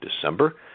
December